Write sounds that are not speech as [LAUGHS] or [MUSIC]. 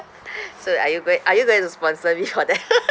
[LAUGHS] so are you going are you going to sponsor me for that [LAUGHS]